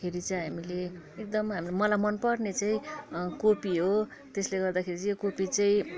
खेरि चाहिँ हामीले एकदम मलाई मन पर्ने चाहिँ कोपी हो त्यसले गर्दाखेरि चाहिँ यो कोपी चाहिँ